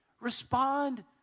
respond